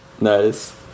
Nice